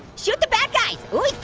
shoot the bad guys. ooh,